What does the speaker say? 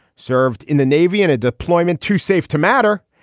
served in the navy in a deployment to save, to matter,